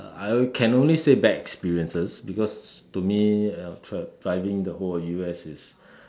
I can only say bad experiences because to me uh driving the whole of U_S is